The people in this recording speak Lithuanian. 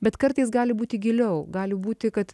bet kartais gali būti giliau gali būti kad